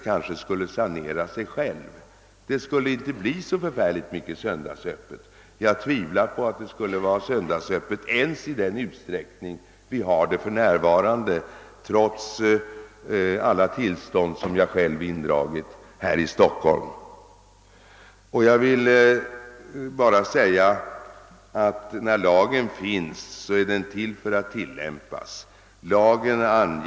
kanske sanerat sig självt. Jag tvivlar på att det i så fall ens skulle vara söndagsöppet så mycket som nu är fallet trots alla tillstånd som jag själv indragit här i Stockholm. Eftersom lagen finns bör den tillämpas.